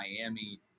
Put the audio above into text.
Miami